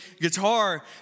guitar